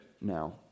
now